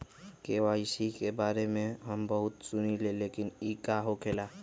KYC के बारे में हम बहुत सुनीले लेकिन इ का होखेला?